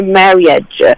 marriage